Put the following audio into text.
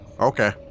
Okay